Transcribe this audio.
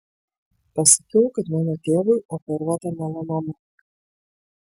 pasakiau kad mano tėvui operuota melanoma